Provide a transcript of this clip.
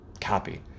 copy